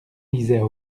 lisaient